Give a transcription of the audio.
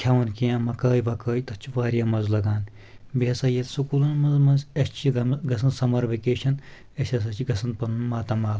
کھؠوان کینٛہہ مکٲے وکٲے تتھ چھِ واریاہ مَزٕ لگان بیٚیہِ ہسا ییٚتہِ سکوٗلن منٛز منٛز اسہِ چھِ گژھان سَمر وَکیشَن أسۍ ہسا چھِ گژھان پنُن ماتامال